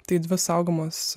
tai dvi saugomos